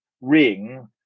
ring